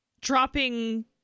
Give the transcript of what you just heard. dropping